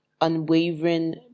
unwavering